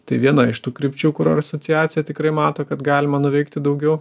tai viena iš tų krypčių kur ir asociacija tikrai mato kad galima nuveikti daugiau